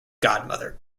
godmother